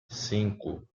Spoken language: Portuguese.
cinco